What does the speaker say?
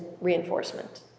reinforcement